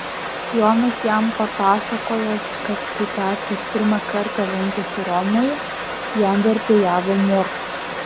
jonas jam papasakojęs kad kai petras pirmą kartą lankėsi romoje jam vertėjavo morkus